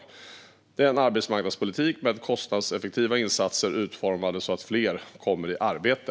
Detta är en arbetsmarknadspolitik med kostnadseffektiva insatser utformade så att fler kommer i arbete.